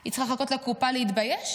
היא צריכה לחכות לקופה, להתבייש?